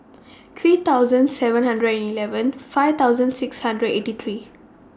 three thousand seven hundred and eleven five thousand six hundred and eighty three